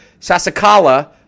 Sasakala